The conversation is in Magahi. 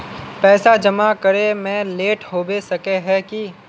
पैसा जमा करे में लेट होबे सके है की?